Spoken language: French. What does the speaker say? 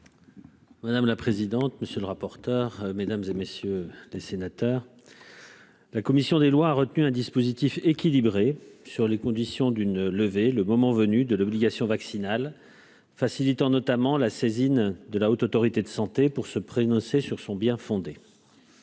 Madame la présidente, monsieur le rapporteur, mesdames et messieurs les sénateurs, la commission des lois a retenu un dispositif équilibré sur les conditions d'une levée le moment venu de l'obligation vaccinale facilitant notamment la saisine de la Haute autorité de santé pour se prononcer sur son bien fondé,